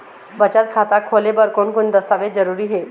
बचत खाता खोले बर कोन कोन दस्तावेज जरूरी हे?